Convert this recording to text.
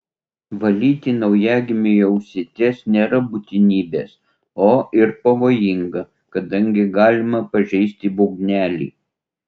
valyti naujagimiui ausytes nėra būtinybės o ir pavojinga kadangi galima pažeisti būgnelį